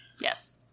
Yes